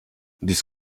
this